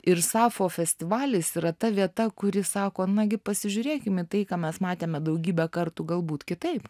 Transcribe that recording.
ir sapfo festivalis yra ta vieta kuri sako nagi pasižiūrėkim į tai ką mes matėme daugybę kartų galbūt kitaip